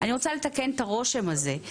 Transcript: אני רוצה לתקן את הרושם הזה.